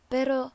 Pero